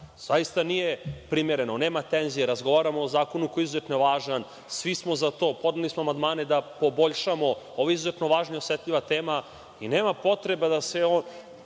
Zaista nije primereno, nema tenzije, razgovaramo o zakonu koji je izuzetno važan, svi smo za to. Podneli smo amandmane da poboljšamo. Ovo je izuzetno važna i osetljiva tema i nema potrebe…